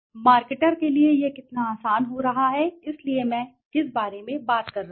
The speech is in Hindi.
मार्केटर के लिए यह कितना आसान हो रहा है इसलिए मैं किस बारे में बात कर रहा था